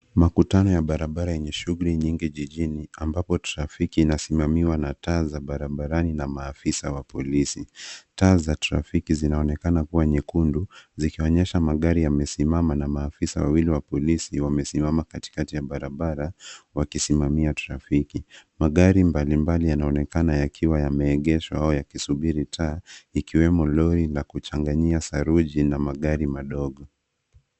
Makutano ya barabarani mjini kuna shughuli nyingi ambapo trafiki inasimamiwa na taa za trafiki na maafisa wa polisi. Taa za za trafiki ni za rangi nyekundu, na zinawanyosha magari yanayosimama. Maafisa wa polisi wa kike wapo katikati ya barabara wakisimamia mtiririko wa trafiki. Kuna magari mbalimbali yameegeshwa, yakiwemo malori na magari madogo, pamoja na molori wa kuchanganya saruji.